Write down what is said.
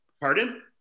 Pardon